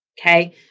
Okay